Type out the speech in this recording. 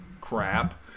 crap